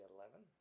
11